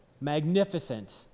magnificent